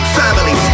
family